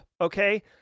okay